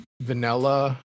vanilla